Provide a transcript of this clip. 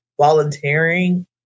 volunteering